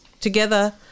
Together